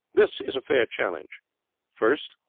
this is a fair challenge first,